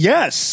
Yes